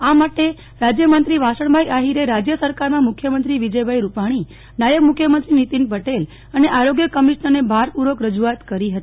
આ માટે રાજ્યમંત્રીશ્રી વાસણભાઇ આહિરે રાજ્ય સરકારમાં મુખ્યમંત્રી શ્રી વિજયભાઈ રૂપાણી નાયબ મુખ્યમંત્રીશ્રી નીતિનભાઇ પટેલ અને આરોગ્ય કમિશ્નરને ભારપૂર્વક રજૂઆત કરી હતી